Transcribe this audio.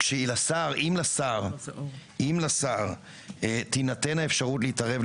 שאם לשר תינתן האפשרות להתערב,